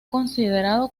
considerado